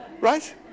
right